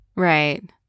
Right